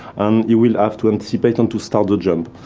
and you will have to anticipate and to start the jump.